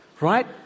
right